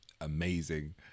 amazing